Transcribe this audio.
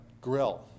grill